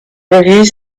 reviews